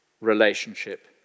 relationship